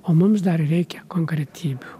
o mums dar reikia konkretybių